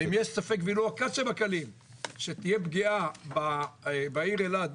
אם יש ספק ולו הקל שבקלים שתהיה פגיעה בעיר אילת,